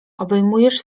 obejmujesz